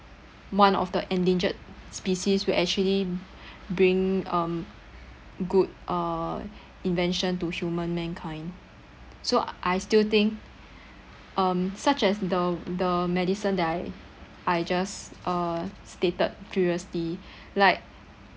one of the endangered species will actually bring um good uh invention to human mankind so I still think um such as the the medicine that I I just uh stated previously like